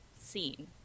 scene